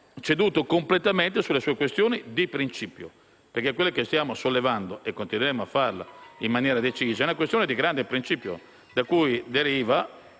ceduto completamente sulle sue questioni di principio, visto che quella che stiamo sollevando - continueremo a farlo in maniera decisa - è una questione di grande principio, da cui deriva